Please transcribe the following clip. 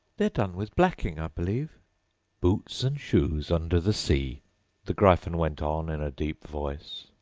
they're done with blacking, i believe boots and shoes under the sea the gryphon went on in a deep voice,